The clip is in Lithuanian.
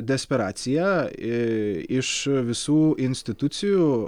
desperaciją iš visų institucijų